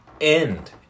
end